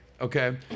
Okay